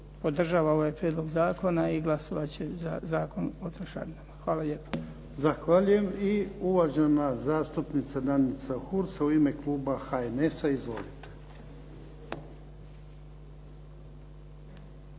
podržava ovaj prijedlog zakona i glasovat će za Zakon o trošarinama. Hvala lijepo. **Jarnjak, Ivan (HDZ)** Zahvaljujem. I uvažena zastupnica Danica Hursa u ime kluba HNS-a. Izvolite.